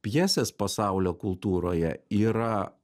pjesės pasaulio kultūroje yra